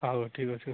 ହଉ ଠିକ୍ ଅଛି